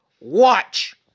watch